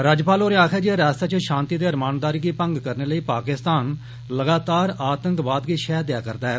राज्यपाल होरें आक्खेया ऐ जे रियास्ता च षान्ति ते रमानदारी गी भंग करने लेई पाकिस्तान लगातार आंतकवाद गी षैह देआ करदा ऐ